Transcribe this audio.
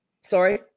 Sorry